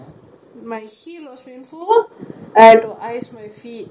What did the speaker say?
I have to ice my feet now my face